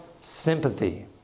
sympathy